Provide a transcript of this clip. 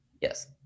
Yes